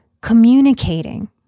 communicating